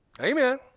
Amen